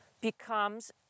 becomes